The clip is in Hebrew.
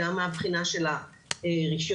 גם מהבחינה של הרישיונות,